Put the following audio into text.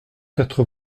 quatre